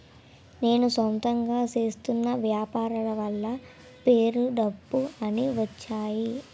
నేను సొంతంగా చేస్తున్న వ్యాపారాల వల్ల పేరు డబ్బు అన్ని వచ్చేయి